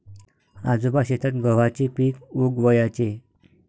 आजोबा शेतात गव्हाचे पीक उगवयाचे